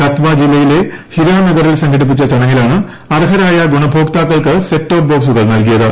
കത്വ ജില്ലയിലെ ഹിരാനഗറിൽ സ്റ്റ്ഘടിപ്പിച്ച ചടങ്ങിലാണ് അർഹരായ ഗുണഭോക്താക്കൾക്ക് പ്രശ്സിറ്റ് ടോപ്പ് ബോക്സുകൾ നൽകിയത്